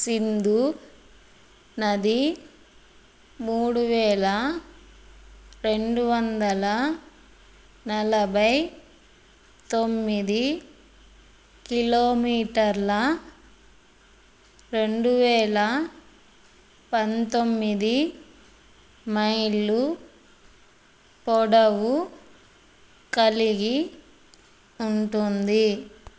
సింధూ నది మూడు వేల రెండు వందల నలభై తొమ్మిది కిలోమీటర్ల రెండు వేల పంతొమ్మిది మైళ్ళు పొడవు కలిగి ఉంటుంది